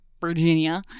Virginia